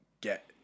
get